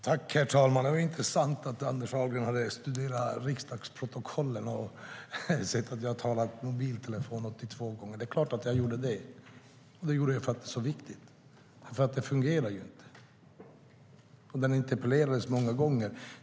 Herr talman! Det var intressant att Anders Ahlgren har studerat riksdagsprotokollen och sett att jag har talat om mobiltelefontäckning 82 gånger. Det är klart att jag gjorde det, för det är så viktigt. Det fungerar ju inte, och det interpellerades många gånger.